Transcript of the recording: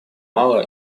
мало